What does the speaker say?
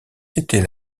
étaient